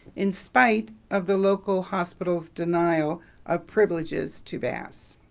in spite of the local hospital's denial of privileges to bass.